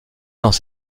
dans